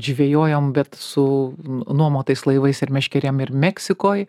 žvejojom bet su nuomotais laivais ir meškerėm ir meksikoj